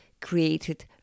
created